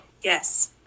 Yes